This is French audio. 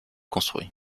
construit